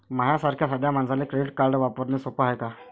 माह्या सारख्या साध्या मानसाले क्रेडिट कार्ड वापरने सोपं हाय का?